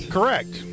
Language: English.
Correct